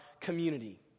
community